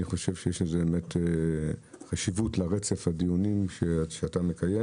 אני חושב שיש חשיבות לרצף הדיונים שאתה מקיים